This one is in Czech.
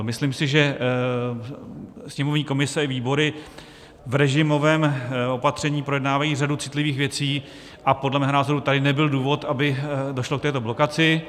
Myslím si, že sněmovní komise i výbory v režimovém opatření projednávají řadu citlivých věcí a podle mého názoru tady nebyl důvod, aby došlo k této blokaci.